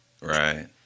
Right